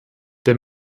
der